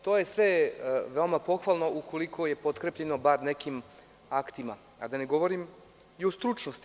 To je sve veoma pohvalno ukoliko je potkrepljeno bar nekim aktima, a da ne govorim i o stručnosti.